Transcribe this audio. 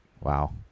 wow